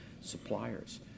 suppliers